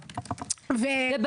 (יו"ר הוועדה לקידום מעמד האישה ולשוויון מגדרי): << יור